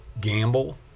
gamble